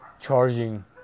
charging